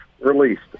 released